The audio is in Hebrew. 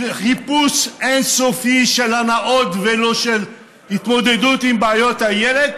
חיפוש אין-סופי של הנאות וללא התמודדות עם בעיות הילד,